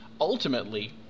ultimately